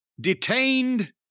detained